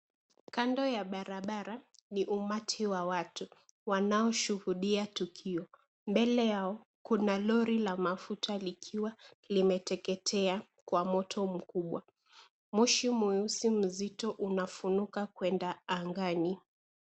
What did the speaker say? Kando ya barabara ni umati wa watu wanaoshuhudia tukio. Mbele yao kuna lori la mafuta likiwa limeteketea kwa moto mkubwa. Moshi mweusi mzito unafunuka kwenda angani.